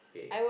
okay